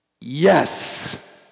yes